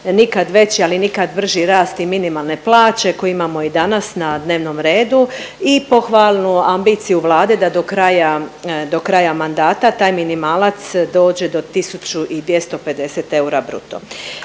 nikad veći, ali nikad brži rast i minimalne plaće koji imamo i danas na dnevnom redu i pohvalnu ambiciju Vlade da do kraja, do kraja mandata taj minimalac dođe do 1.250 eura bruto.